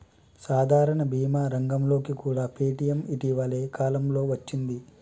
సాధారణ భీమా రంగంలోకి కూడా పేటీఎం ఇటీవల కాలంలోనే వచ్చింది